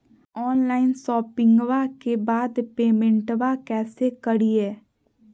Online शोपिंग्बा के बाद पेमेंटबा कैसे करीय?